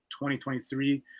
2023